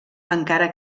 encara